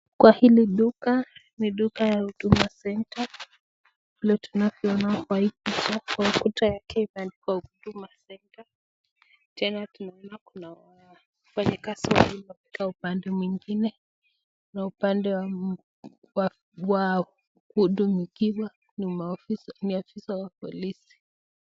Kwa hili duka, ni duka ya huduma centre vile tunavyoona kwa hii picha ukuta yake imeandikwa huduma centre, tena tunaona kuna wafanyikazi wawili wamekaa upande mwingine, na upande wa kuhudumikiwa ni afisa wa polisi.